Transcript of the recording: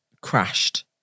crashed